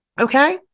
okay